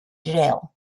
jail